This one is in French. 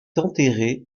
enterré